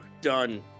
done